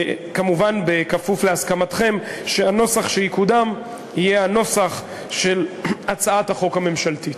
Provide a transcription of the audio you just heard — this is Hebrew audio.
כמובן בכפוף להסכמתכם שהנוסח שיקודם יהיה הנוסח של הצעת החוק הממשלתית.